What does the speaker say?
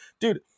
dude